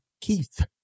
Keith